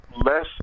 less